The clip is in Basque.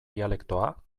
dialektoa